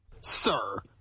Sir